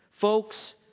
folks